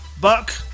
Buck